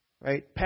right